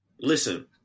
Listen